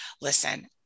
listen